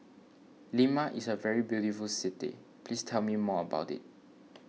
Lima is a very beautiful city please tell me more about it